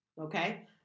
Okay